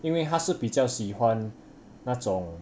因为它是比较喜欢那种